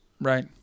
Right